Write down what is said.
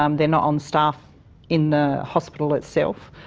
um they're not on staff in the hospital itself.